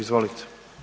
Izvolite.